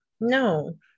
No